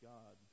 God